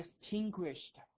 distinguished